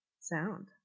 sound